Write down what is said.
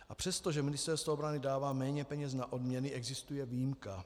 A přestože Ministerstvo obrany dává méně peněz na odměny, existuje výjimka.